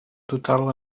total